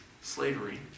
slavery